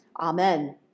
Amen